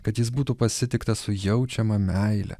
kad jis būtų pasitiktas su jaučiama meile